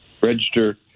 Register